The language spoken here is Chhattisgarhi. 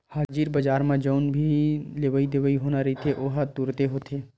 हाजिर बजार म जउन भी लेवई देवई होना रहिथे ओहा तुरते होथे